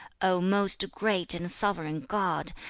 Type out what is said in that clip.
o most great and sovereign god,